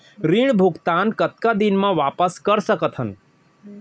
ऋण भुगतान कतका दिन म वापस कर सकथन?